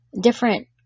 different